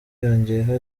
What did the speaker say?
yongeyeho